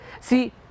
See